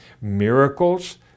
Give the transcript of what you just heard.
Miracles